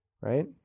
right